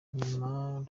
nyuma